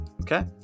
Okay